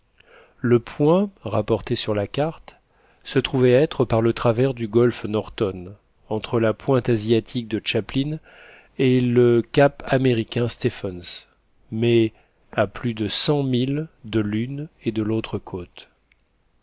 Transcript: le point rapporté sur la carte se trouvait être par le travers du golfe norton entre la pointe asiatique de tchaplin et le cap américain stephens mais à plus de cent milles de l'une et de l'autre côte